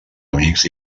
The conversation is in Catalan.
amics